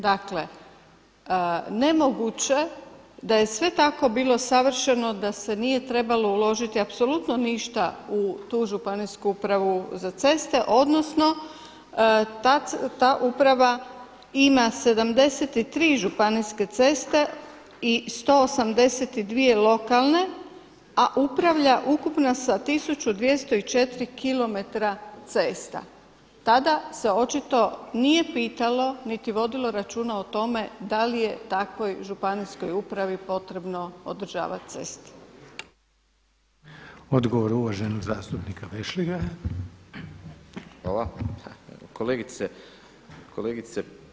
Dakle nemoguće da je sve tako bilo savršeno da se nije trebalo uložiti apsolutno ništa u tu županijsku upravu za ceste odnosno ta uprava ima 73 županijske ceste i 182 lokalne, a upravlja ukupno sa 1204km cesta, tada se očito nije pitalo niti vodilo računa o tome da li je takvoj županijskoj upravi potrebno održavati ceste.